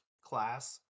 class